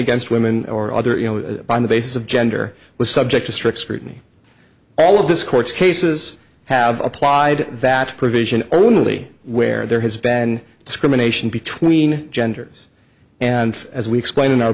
against women or other you know by on the basis of gender was subject to strict scrutiny all of this court's cases have applied that provision only where there has been discrimination between genders and as we explain